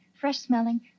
fresh-smelling